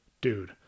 Dude